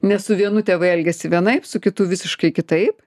nes su vienu tėvai elgiasi vienaip su kitu visiškai kitaip